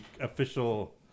official